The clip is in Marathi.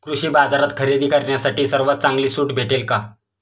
कृषी बाजारात खरेदी करण्यासाठी सर्वात चांगली सूट भेटेल का?